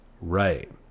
Right